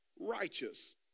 righteous